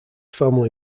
family